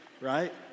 right